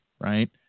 right